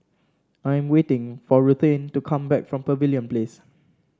I'm waiting for Ruthanne to come back from Pavilion Place